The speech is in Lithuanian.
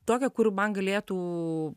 tokio kur man galėtų